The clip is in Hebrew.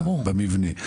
אלא במבנה.